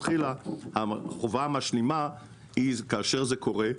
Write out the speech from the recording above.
חובה משלימה כאשר זה קורה,